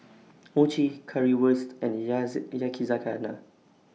Mochi Currywurst and Yakizakana